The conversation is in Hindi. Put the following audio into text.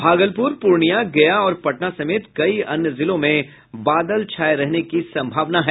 भागलपुर पूर्णिया गया और पटना समेत कई अन्य जिलों में बादल छाये रहने की संभावना है